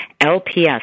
LPS